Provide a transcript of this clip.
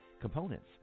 Components